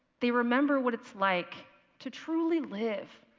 they remember what it's like to truly live,